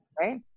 right